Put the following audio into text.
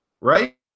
Right